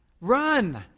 run